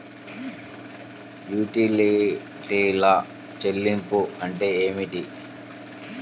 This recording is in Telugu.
యుటిలిటీల చెల్లింపు అంటే ఏమిటి?